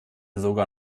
sogar